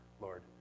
Lord